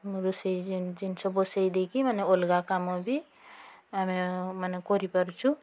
ରୋଷେଇ ଜିନଷ ବସାଇଦେଇକି ମାନେ ଅଲଗା କାମ ବି ଆମେମାନେ କରିପାରୁଛୁ